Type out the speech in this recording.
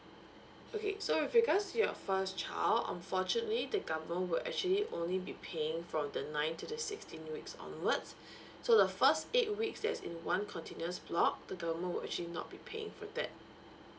okay so with regards to your first child unfortunately the government will actually only be paying from the nine to the sixteen weeks onwards so the first eight weeks that's in one continuous block the government will actually not be paying for that